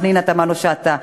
פנינה תמנו-שטה,